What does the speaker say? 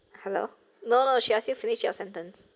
hello no no she ask you finish your sentence